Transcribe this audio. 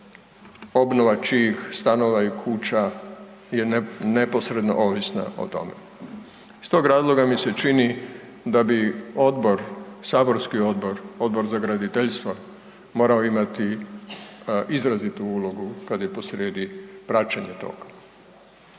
obnova čijih stanova i kuća je neposredno ovisna o tome. Iz tog razloga mi se čini da bi odbor, saborski odbor, Odbor za graditeljstvo morao imati izrazitu ulogu kad je posrijedi praćenje toga.